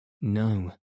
No